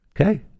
Okay